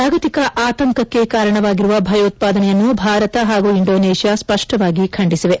ಜಾಗತಿಕ ಆತಂಕಕ್ಕೆ ಕಾರಣವಾಗಿರುವ ಭಯೋತ್ಪಾದನೆಯನ್ನು ಭಾರತ ಪಾಗೂ ಇಂಡೋನೇಷ್ಯಾ ಸ್ಪಷ್ಟವಾಗಿ ಖಂಡಿಸಿವೆ